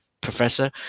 professor